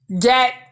get